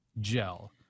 gel